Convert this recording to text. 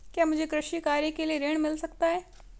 क्या मुझे कृषि कार्य के लिए ऋण मिल सकता है?